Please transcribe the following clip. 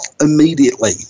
immediately